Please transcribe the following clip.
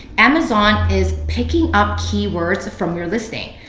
amazon is picking up keywords from your listing.